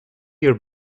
your